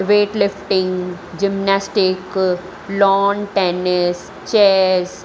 weight lifting gymnastic lawn tennis chess